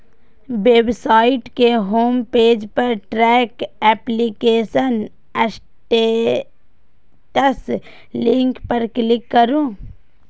website के home page पर track application status link पर क्लिक करू